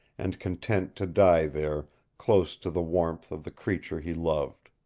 and content to die there close to the warmth of the creature he loved.